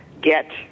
get